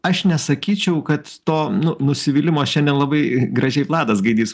aš nesakyčiau kad to nu nusivylimu aš čia nelabai gražiai vladas gaidys